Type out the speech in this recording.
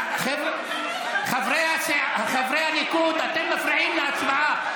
חברי הליכוד, אתם מפריעים להצבעה.